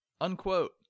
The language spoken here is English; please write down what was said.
unquote